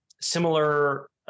similar